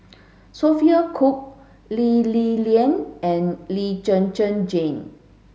Sophia Cooke Lee Li Lian and Lee Zhen Zhen Jane